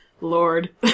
Lord